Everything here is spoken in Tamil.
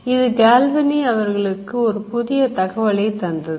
இது Galvani அவர்களுக்கு ஒரு புதிய தகவலை தந்தது